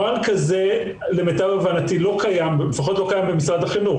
נוהל כזה למיטב הבנתי לא קיים במשרד החינוך.